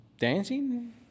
Dancing